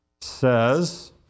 says